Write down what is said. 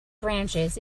branches